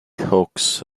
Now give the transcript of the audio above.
hawks